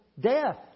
death